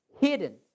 hidden